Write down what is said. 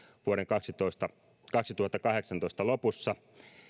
vuoden kaksituhattakahdeksantoista lopussa